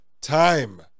time